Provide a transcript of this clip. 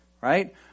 right